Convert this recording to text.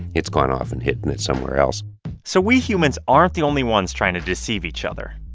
it's gone off and hidden it somewhere else so we humans aren't the only ones trying to deceive each other.